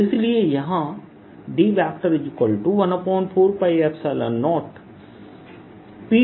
और इसलिए यहाँ D14π0prr pr3 है